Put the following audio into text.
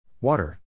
Water